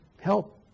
help